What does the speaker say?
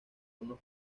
unos